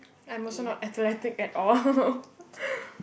I'm also not athletic at all